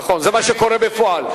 נכון, זה מה שקורה בפועל.